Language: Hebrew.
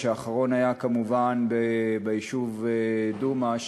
שהאחרון היה כמובן ביישוב דומא,